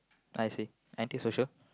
I see antisocial